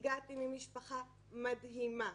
הגעתי ממשפחה מדהימה.